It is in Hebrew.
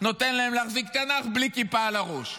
נותן להם להחזיק תנ"ך בלי כיפה על הראש.